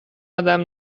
ادم